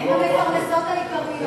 הן המפרנסות העיקריות.